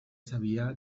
sabia